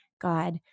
God